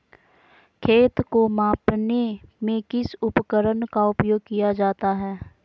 खेत को मापने में किस उपकरण का उपयोग किया जाता है?